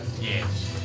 Yes